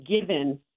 given